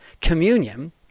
communion